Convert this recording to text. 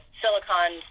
silicon